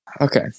Okay